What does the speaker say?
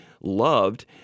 loved